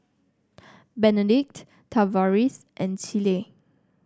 Benedict Tavaris and Celie